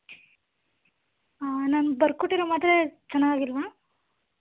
ಹಾಂ ನಾನು ಬರ್ಕೊಟ್ಟಿರೋ ಮಾತ್ರೆ ಚೆನ್ನಾಗಿಲ್ವಾ